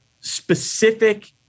specific